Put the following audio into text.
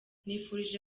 nifurije